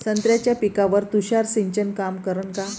संत्र्याच्या पिकावर तुषार सिंचन काम करन का?